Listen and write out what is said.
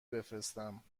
بفرستم